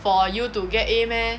for you to get A meh